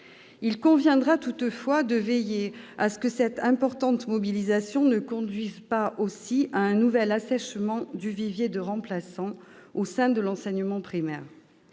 Il conviendra toutefois de veiller à ce que cette importante mobilisation ne conduise pas aussi à un nouvel assèchement du vivier de remplaçants au sein de l'enseignement primaire.